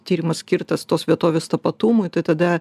tyrimas skirtas tos vietovės tapatumui tai tada